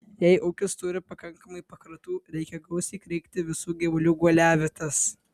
jei ūkis turi pakankamai pakratų reikia gausiai kreikti visų gyvulių guoliavietes